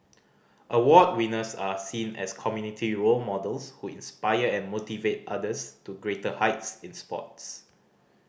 award winners are seen as community role models who inspire and motivate others to greater heights in sports